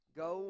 go